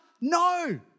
No